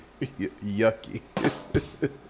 yucky